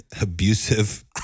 abusive